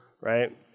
right